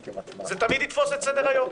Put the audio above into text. זה תמיד יתפוס את סדר היום.